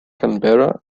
canberra